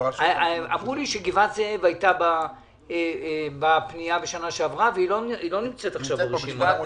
אמרו לי שגבעת זאב הייתה בפנייה בשנה שעברה ועכשיו היא לא נמצאת ברשימה.